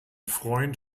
freund